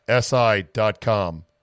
SI.com